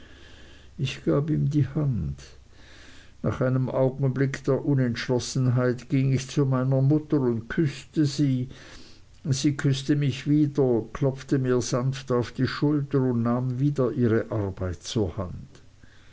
ich gab ihm die hand nach einem augenblick der unentschlossenheit ging ich zu meiner mutter und küßte sie sie küßte mich wieder klopfte mich sanft auf die schulter und nahm wieder ihre arbeit zur hand